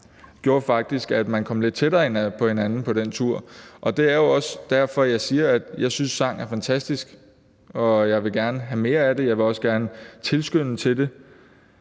gjorde faktisk, at man kom lidt tættere på hinanden på den tur. Det er jo også derfor, jeg siger, at jeg synes, at sang er fantastisk, og jeg vil gerne have mere af det. Jeg vil også gerne tilskynde til det,